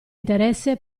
interesse